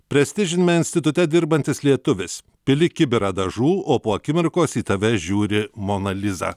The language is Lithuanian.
prestižiniame institute dirbantis lietuvis pili kibirą dažų o po akimirkos į tave žiūri mona liza